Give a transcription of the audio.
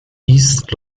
east